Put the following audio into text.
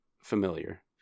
familiar